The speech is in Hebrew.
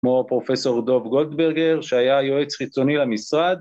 ‫כמו פרופ' דוב גולדברגר, ‫שהיה יועץ חיצוני למשרד.